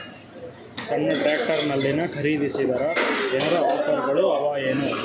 ಸಣ್ಣ ಟ್ರ್ಯಾಕ್ಟರ್ನಲ್ಲಿನ ಖರದಿಸಿದರ ಏನರ ಆಫರ್ ಗಳು ಅವಾಯೇನು?